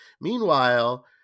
Meanwhile